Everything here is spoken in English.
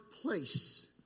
place